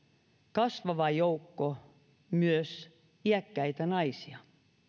kasvava joukko myös iäkkäitä naisia